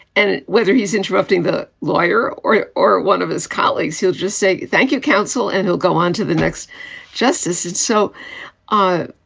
and whether he's interrupting the lawyer or or one of his colleagues, he'll just say, thank you, counsel, and he'll go on to the next justice and so on.